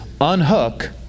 unhook